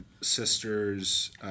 sisters –